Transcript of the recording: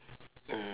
mm